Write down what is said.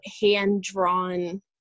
hand-drawn